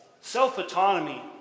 Self-autonomy